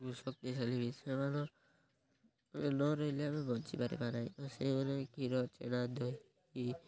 କୃଷକ ଦେଇ ନ ରହିଲେ ଆମେ ବଞ୍ଚିପାରିବା ନାହିଁ ତ ସେମାନେ କ୍ଷୀର ଛେନା ଦହି